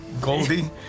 Goldie